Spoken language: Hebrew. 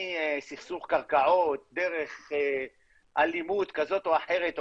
מסכסוך קרקעות דרך אלימות כזאת או אחרת,